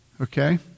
Okay